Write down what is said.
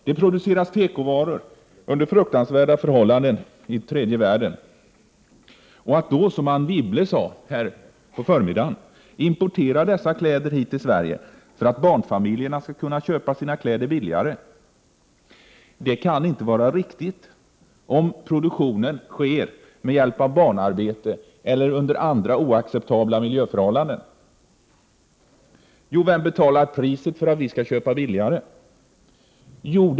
Det produceras tekovaror under fruktansvärda förhållanden i tredje världen och att vi då, som Anne Wibble sade under förmiddagen, skall importera dessa kläder hit till Sverige för att barnfamiljerna skall kunna köpa sina kläder billigare kan inte vara riktigt, om produktionen sker genom barnarbete eller under andra oacceptabla miljöförhållanden. Vem betalar priset för att vi skall kunna köpa billigare?